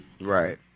Right